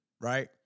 right